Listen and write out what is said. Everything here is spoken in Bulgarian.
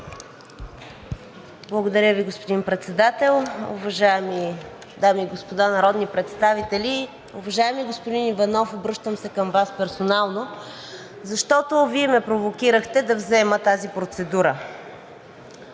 Благодаря Ви, господин Председател. Уважаеми дами и господа народни представители! Уважаеми господин Иванов, обръщам се към Вас персонално, защото Вие ме провокирахте да взема тази процедура.